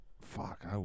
fuck